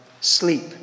sleep